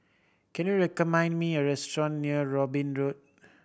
can you recommend me a restaurant near Robin Road